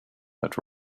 that